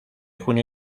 junio